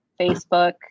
facebook